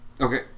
Okay